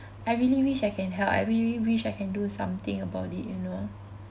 I really wish I can help I really wish I can do something about it you know